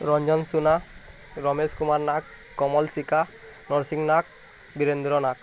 Ranjan Suna Ramesh Kumar Nag Kamal Sika Narsingh Nag Birendra Nag